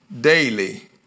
daily